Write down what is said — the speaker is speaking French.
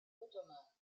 ottomans